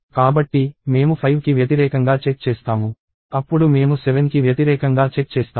కాబట్టి మేము 5కి వ్యతిరేకంగా చెక్ చేస్తాము అప్పుడు మేము 7 కి వ్యతిరేకంగా చెక్ చేస్తాము